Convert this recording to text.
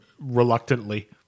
reluctantly